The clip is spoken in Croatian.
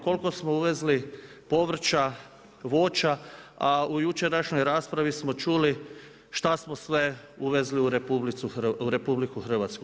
Koliko smo uvezli povrća, voća, a u jučerašnjoj raspravi smo čuli šta smo sve uvezli u RH.